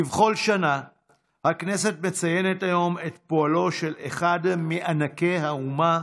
כבכל שנה הכנסת מציינת היום את פועלו של אחד מענקי האומה,